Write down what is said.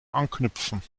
anknüpfen